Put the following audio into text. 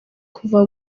kuva